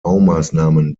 baumaßnahmen